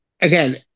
Again